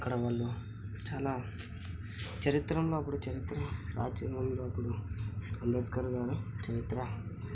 అక్కడ వాళ్ళు చాలా చరిత్రల్లో అప్పుడు చరిత్ర రాజ్యాంగంలో అప్పుడు అంబేద్కర్ గారు చరిత్ర